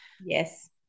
Yes